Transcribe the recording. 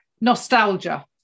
nostalgia